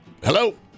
Hello